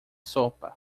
sopa